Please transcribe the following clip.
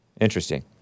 Interesting